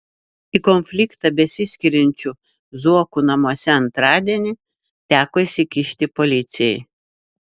į konfliktą besiskiriančių zuokų namuose antradienį teko įsikišti policijai